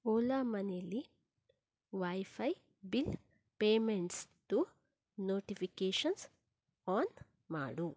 ಓಲಾ ಮನೀಲಿ wifi bill ಪೇಮೆಂಟ್ಸ್ದು notifications on ಮಾಡು